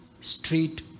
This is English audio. street